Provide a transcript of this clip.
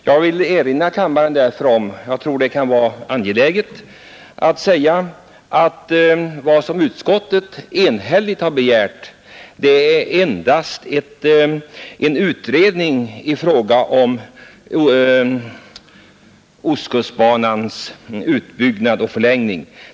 Jag vill därför erinra kammarens ledamöter — jag tror att det kan vara angeläget — att utskottet endast begärt utredning i fråga om ostkustbanans utbyggnad och förlängning.